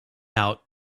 out